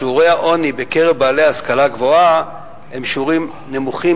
שיעורי העוני בקרב בעלי השכלה גבוהה הם שיעורים נמוכים